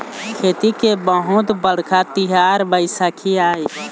खेती के बहुत बड़का तिहार बइसाखी आय